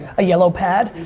a yellow pad?